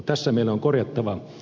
tässä meillä on korjattavaa